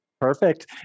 Perfect